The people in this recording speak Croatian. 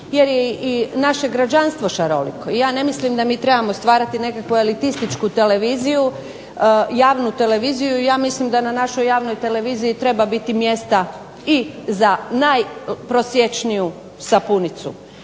jer je i naše građanstvo šaroliko. Ja ne mislim da mi trebamo stvarati nekakvu elitističku televiziju, javnu televiziju, ja mislim da na našoj javnoj televiziji treba biti mjesta i za najprosječniju sapunicu,